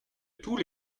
tous